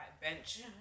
bench